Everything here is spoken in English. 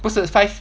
不是 five